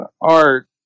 art